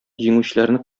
җиңүчеләрне